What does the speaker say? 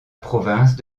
province